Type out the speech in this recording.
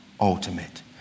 ultimate